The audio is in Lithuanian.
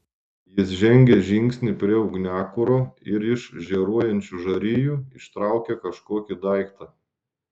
jis žengė žingsnį prie ugniakuro ir iš žėruojančių žarijų ištraukė kažkokį daiktą